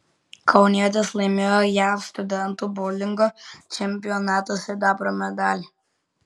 kaunietis laimėjo jav studentų boulingo čempionato sidabro medalį